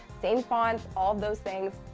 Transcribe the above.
same fonts, all of those things.